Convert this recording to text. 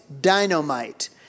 dynamite